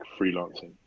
freelancing